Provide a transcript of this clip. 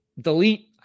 Delete